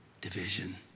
division